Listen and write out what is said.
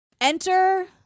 Enter